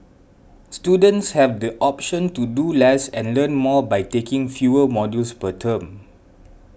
students have the option to do less and learn more by taking fewer modules per term